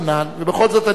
ובכל זאת אני יושב,